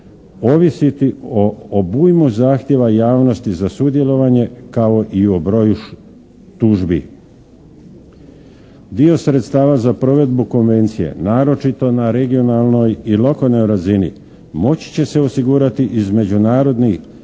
ovisiti o obujmu zahtjeva javnosti za sudjelovanje kao i o broju tužbi. Dio sredstava za provedbu Konvencije naročito na regionalnoj i lokalnoj razini moći će se osigurati iz međunarodnih